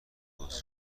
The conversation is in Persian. پاچه